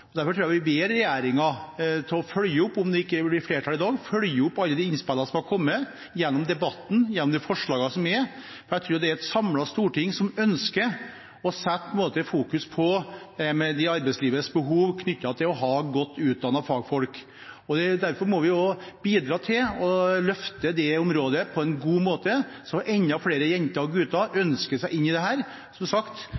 Derfor vil jeg be regjeringen følge opp – om det ikke blir flertall i dag – alle de innspillene som har kommet gjennom debatten og gjennom de forslagene som er. Jeg tror det er et samlet storting som ønsker å fokusere på arbeidslivets behov for å ha godt utdannede fagfolk. Derfor må vi også bidra til å løfte det området på en god måte, så enda flere jenter og